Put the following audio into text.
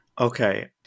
okay